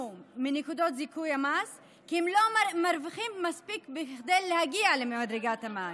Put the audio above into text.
מנקודות זיכוי המס כי הם לא מרוויחים מספיק להגיע למדרגת המס.